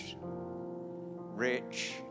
rich